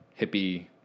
hippie